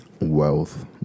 wealth